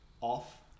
off